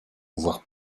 voir